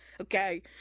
Okay